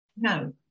no